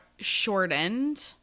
shortened